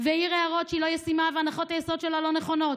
והעיר הערות שהיא לא ישימה והנחות היסוד שלה לא נכונות,